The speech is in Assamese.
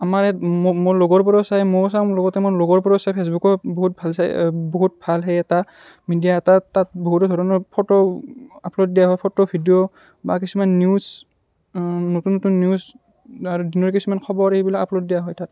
আমাৰ ইয়াত মোৰ লগৰবোৰেও চায় ময়ো চাওঁ লগতে আমাৰ লগৰবোৰেও চায় ফেচবুকৰ বহুত ভাল চাই বহুত ভাল সেই এটা মিডিয়া এটা তাত বহুতো ধৰণৰ ফটো আপলোড দিয়া হয় ফটো ভিডিঅ' বা কিছুমান নিউজ নতুন নতুন নিউজ আৰু দুনীয়াৰ কিছুমান খবৰ এইবিলাক আপলোড দিয়া হয় তাত